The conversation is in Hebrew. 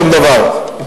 שום דבר.